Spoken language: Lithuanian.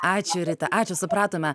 ačiū rita ačiū supratome